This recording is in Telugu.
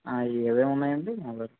ఏమేమి ఉన్నాయి అండి మొబైల్స్